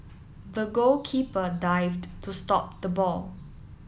the goalkeeper dived to stop the ball